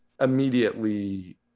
immediately